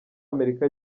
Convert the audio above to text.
amerika